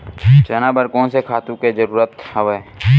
चना बर कोन से खातु के जरूरत हवय?